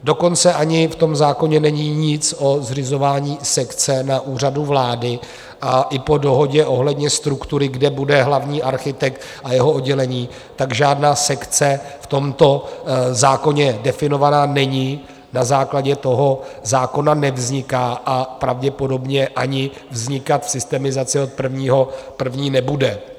Dokonce ani v tom zákoně není nic o zřizování sekce na Úřadu vlády a i po dohodě ohledně struktury, kde bude hlavní architekt a jeho oddělení, žádná sekce v tomto zákoně definována není, na základě toho zákona nevzniká a pravděpodobně ani vznikat v systemizaci od 1. 1. nebude.